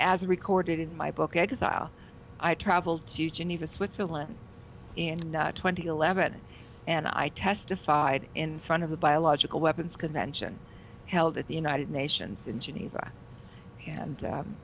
and as recorded in my book exile i traveled to geneva switzerland in twenty eleven and i testified in front of the biological weapons convention held at the united nations in geneva and